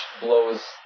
blows